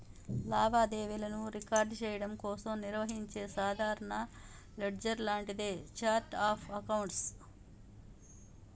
లావాదేవీలను రికార్డ్ చెయ్యడం కోసం నిర్వహించే సాధారణ లెడ్జర్ లాంటిదే ఛార్ట్ ఆఫ్ అకౌంట్స్